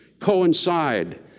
coincide